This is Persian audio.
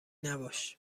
نباش